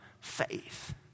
faith